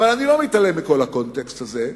אבל אני לא מתעלם מכל הקונטקסט הזה.